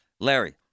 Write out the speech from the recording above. Larry